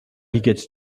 gets